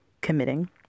committing